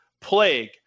plague